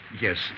yes